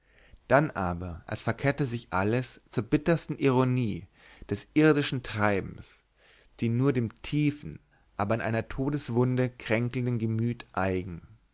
dann aber als verkette sich alles zur bittersten ironie des irdischen treibens die nur dem tiefen aber an einer todeswunde kränkelnden gemüt eigen